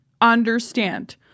understand